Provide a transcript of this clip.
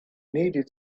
needed